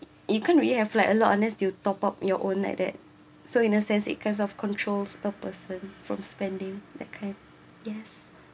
you can't really have like a lot honest you top up your own like that so in a sense it kinds of controls a person from spending that kind yes